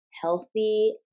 healthy